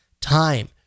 time